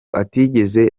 atigeze